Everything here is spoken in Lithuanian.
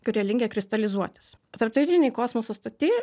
kurie linkę kristalizuotis tarptautinėj kosmoso stoty